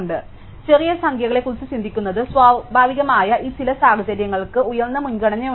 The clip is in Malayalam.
അതിനാൽ ചെറിയ സംഖ്യകളെക്കുറിച്ച് ചിന്തിക്കുന്നത് സ്വാഭാവികമായ ഈ ചില സാഹചര്യങ്ങൾക്ക് ഉയർന്ന മുൻഗണനയുണ്ട്